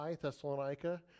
Thessalonica